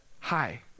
hi